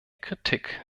kritik